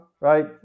right